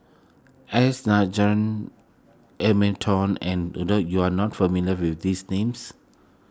S Nigel Hamilton and you are not familiar with these names